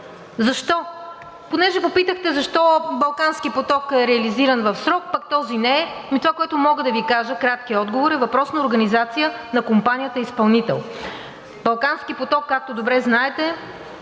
Защо? Понеже попитахте защо Балкански поток е реализиран в срок, пък този не, ами това, което мога да Ви кажа, краткият отговор е: въпрос на организация на компанията изпълнител. Балкански поток, както добре знаете,